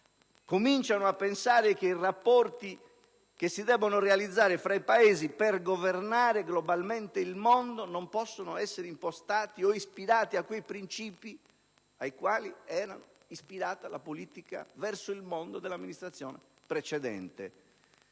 mondo, a pensare che i rapporti che si devono realizzare fra i Paesi per governare globalmente il mondo non possono essere impostati o ispirati a quei princìpi ai quali era ispirata la politica verso il mondo dell'amministrazione precedente.